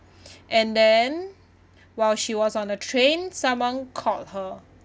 and then while she was on the train someone called her